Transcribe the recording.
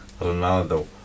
Ronaldo